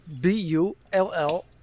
B-U-L-L